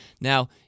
Now